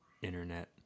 internet